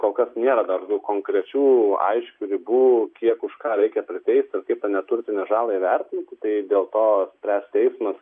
kol kas nėra dar daug konkrečių aiškių ribų kiek už ką reikia priteist ir kaip neturtinę žalą įvertinti tai dėl to spręs teismas